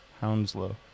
Hounslow